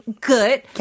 good